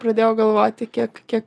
pradėjau galvoti kiek kiek